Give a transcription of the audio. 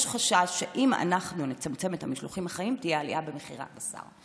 יש חשש שאם אנחנו נצמצם את המשלוחים החיים תהיה עלייה במחירי הבשר.